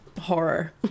horror